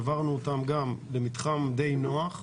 העברנו אותם למתחם די נוח,